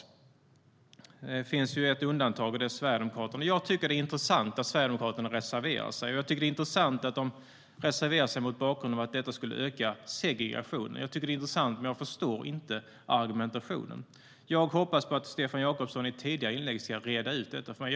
Det finns ett undantag, och det är Sverigedemokraterna. Jag tycker att det är intressant att Sverigedemokraterna reserverar sig, och jag tycker att det är intressant att de reserverar sig mot bakgrund av att detta skulle öka segregationen. Jag tycker att det är intressant, men jag förstår inte argumentationen. Jag hoppades att Stefan Jakobsson i ett tidigare inlägg skulle reda ut detta för mig.